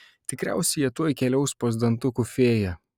tikriausiai jie tuoj keliaus pas dantukų fėją